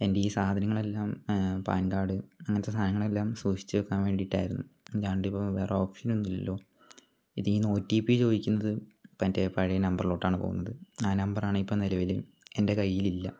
എൻ്റെ ഈ സാധനങ്ങളെല്ലാം പാൻ കാർഡ് അങ്ങനത്തെ സാധനങ്ങളെല്ലാം സൂക്ഷിച്ചു വയ്ക്കാൻ വേണ്ടിയിട്ടായിരുന്നു അല്ലാതെ ഇപ്പം വേറെ ഓപ്ഷൻ ഒന്നും ഇല്ലല്ലോ ഇതിൽ നിന്ന് ഒ റ്റി പി ചോദിക്കുന്നത് മറ്റെ പഴയ നമ്പറിലോട്ടാണ് പോകുന്നത് ആ നമ്പറാണെ ഇപ്പം നിലവിൽ എൻ്റെ കൈയിൽ ഇല്ല